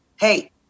hey